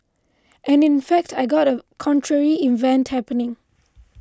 and in fact I got a contrary event happening